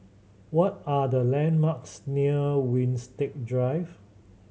what are the landmarks near Winstedt Drive